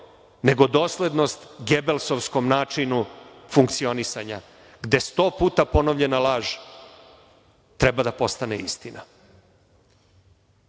nego doslednost Gebelskovskom načinu funkcionisanja, gde 100 puta ponovljena laž treba da postane istina.